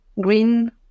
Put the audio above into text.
green